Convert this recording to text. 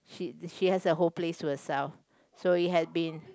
she she has the whole place to herself so it has been